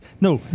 No